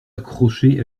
accroché